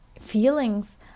feelings